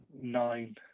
nine